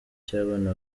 cy’abana